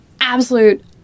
absolute